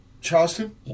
Charleston